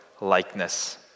likeness